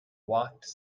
walked